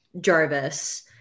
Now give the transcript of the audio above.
Jarvis